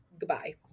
goodbye